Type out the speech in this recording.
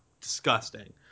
disgusting